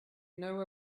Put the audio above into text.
know